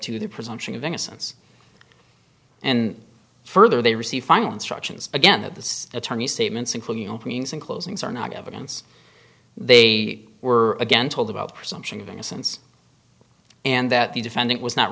to the presumption of innocence and further they receive final instructions again that the attorney statements including openings and closings are not evidence they were again told about presumption of innocence and that the defendant was not